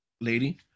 Lady